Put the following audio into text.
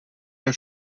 der